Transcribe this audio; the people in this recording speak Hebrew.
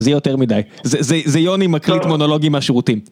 זה יותר מדי. זה יוני מקליט מונולוגים מהשירותים.